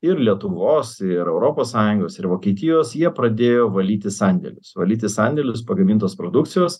ir lietuvos ir europos sąjungos ir vokietijos jie pradėjo valyti sandėlius valyti sandėlius pagamintos produkcijos